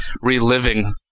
reliving